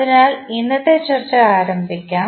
അതിനാൽ ഇന്നത്തെ ചർച്ച ആരംഭിക്കാം